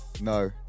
No